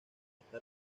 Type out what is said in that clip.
esta